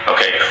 Okay